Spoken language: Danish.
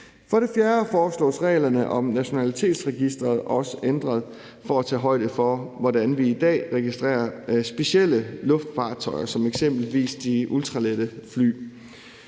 For det fjerde foreslås reglerne om nationalitetsregisteret også ændret for at tage højde for, hvordan vi i dag registrerer specielle luftfartøjer som eksempelvis de ultralette fly.